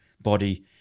body